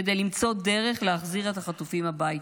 כדי למצוא דרך להחזיר את החטופים הביתה.